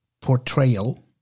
portrayal